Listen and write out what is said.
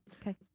okay